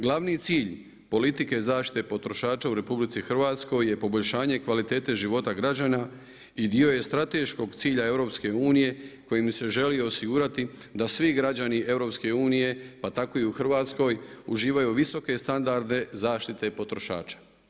Glavni cilj politike zaštite potrošača u RH je poboljšanje kvalitete života građana i dio je strateškog cilja EU kojim se želi osigurati da svi građani EU pa tako i u Hrvatskoj uživaju visoke standarde zaštite potrošača.